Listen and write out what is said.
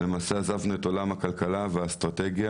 למעשה, עזבנו את עולם הכלכלה והאסטרטגיה.